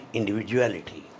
Individuality